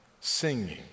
singing